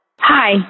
Hi